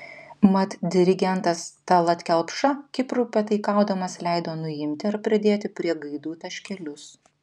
mat dirigentas tallat kelpša kiprui pataikaudamas leido nuimti ar pridėti prie gaidų taškelius